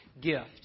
gift